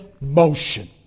motion